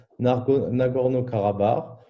Nagorno-Karabakh